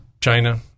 China